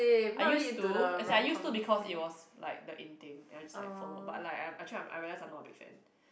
I used to as in I used to because it was like the in thing and like I just followed but like I realised I'm not a big fan